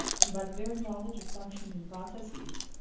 and, by the very knowledge of functions and processes,